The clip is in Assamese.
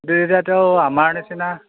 দুই হাজাৰটো আমাৰ নিচিনা